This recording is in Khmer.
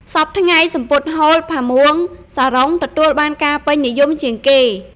សព្វថ្ងៃសំពត់ហូល ផាមួង សារុង ទទួលបានការពេញនិយមជាងគេ។